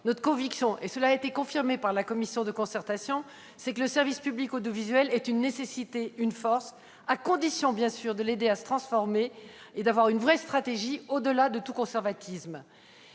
Notre conviction, qui a été confirmée par la commission de concertation, c'est que le service public audiovisuel est une nécessité et une force, à condition qu'on l'aide à se transformer et que l'on ait une véritable stratégie, au-delà de tout conservatisme.